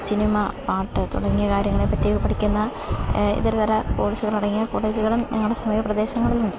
cinema പാട്ട് തുടങ്ങിയ കാര്യങ്ങളെപ്പറ്റി പഠിക്കുന്ന ഇതരതര കോഴ്സുകളടങ്ങിയ കോളേജുകളും ഞങ്ങളുടെ സമീപ പ്രദേശങ്ങളിലുണ്ട്